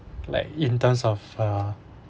like in terms of uh